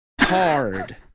hard